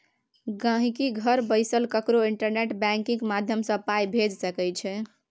गांहिकी घर बैसल ककरो इंटरनेट बैंकिंग माध्यमसँ पाइ भेजि सकै छै